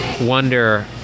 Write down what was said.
wonder